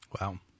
Wow